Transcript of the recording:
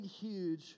huge